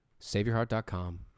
SaveYourHeart.com